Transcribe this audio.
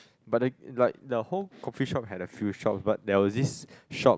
but they like the whole coffee shop had a few shop but there was this shop